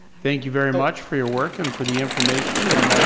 thank you very much for your work and for the information and